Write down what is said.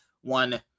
one